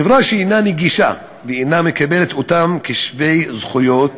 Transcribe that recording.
חברה שאינה נגישה ואינה מקבלת אותם כשווי זכויות,